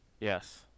yes